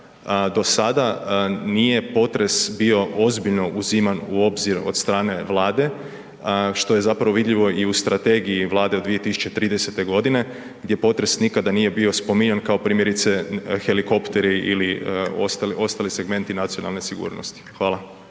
do sada nije potres bio ozbiljno uziman u obzir od strane Vlade, što je zapravo vidljivo i u strategiji Vlade od 2030. g. gdje potres nikada nije bio spominjan, kao primjerice helikopteri ili ostali segmenti nacionalne sigurnosti? Hvala.